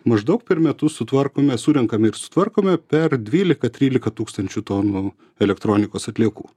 maždaug per metus sutvarkome surenkame ir sutvarkome per dvylika trylika tūkstančių tonų elektronikos atliekų